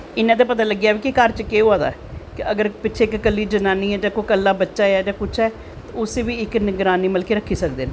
इन्ना ते पता लग्गी जाह्ग कि घर बिच्च केह् होऐ दा ऐ कि पिच्छें कोई कल्ली जनानी ऐं जां कल्ला बच्चा ऐ ते कुश ऐ तां उसी निगरानी मतलव कि रक्खी सकदे न